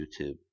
YouTube